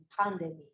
pandemic